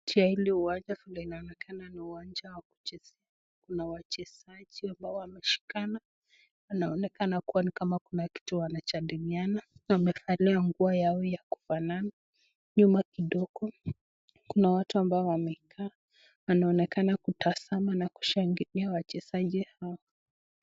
Uwanja huu unaonekana ni uwanja wa kuchezea. Kuna wachezaji ambao wameshikana wanaonekana kuwa ni kama kuna kitu wanajandilianana. Wamevaa nguo yao ya kufanana. Nyuma kidogo kuna watu ambao wamekaa wanaonekana kutazama na kushangilia wachezaji hao.